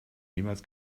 niemals